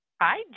hi